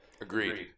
agreed